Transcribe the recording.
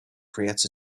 creates